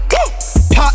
Pop